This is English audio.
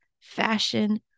fashion